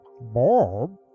Bob